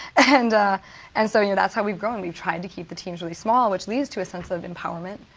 and ah and so you know that's how we've grown. we've tried to keep the teams really small which leads to a sense of empowerment,